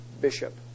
bishop